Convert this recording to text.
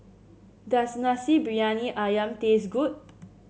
does Nasi Briyani ayam taste good